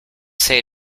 say